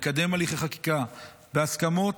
לקדם הליכי חקיקה בהסכמות,